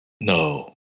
no